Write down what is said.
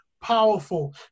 powerful